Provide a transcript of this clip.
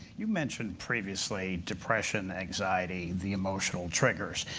you mentioned previously depression, anxiety, the emotional triggers.